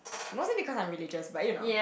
mostly because I'm religious but you know